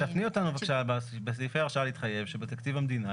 תפני אותנו בבקשה בסעיפי ההרשאה להתחייב בתקציב המדינה,